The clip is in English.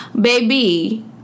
baby